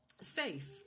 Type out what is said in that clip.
safe